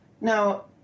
now